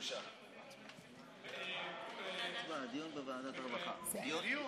דיון